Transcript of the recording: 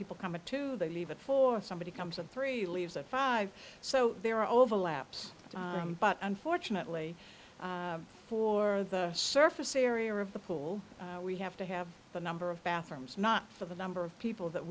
people come into they leave it for somebody comes of three leaves or five so there are overlaps but unfortunately for the surface area of the pool we have to have the number of bathrooms not for the number of people that